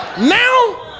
now